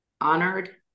honored